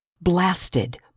blasted